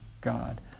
God